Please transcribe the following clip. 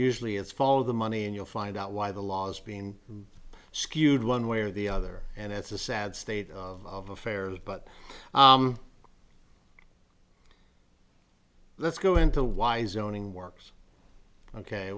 usually it's follow the money and you'll find out why the laws being skewed one way or the other and it's a sad state of affairs but let's go into why zoning works